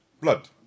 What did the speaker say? Blood